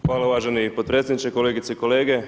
Hvala uvaženi potpredsjedniče, kolegice i kolege.